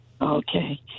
Okay